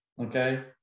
Okay